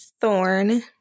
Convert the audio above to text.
thorn